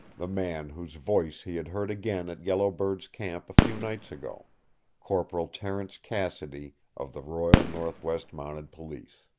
the man whose voice he had heard again at yellow bird's camp a few nights ago corporal terence cassidy, of the royal northwest mounted police.